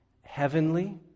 heavenly